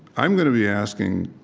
i'm going to be asking,